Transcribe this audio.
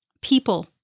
people